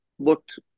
looked